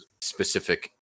specific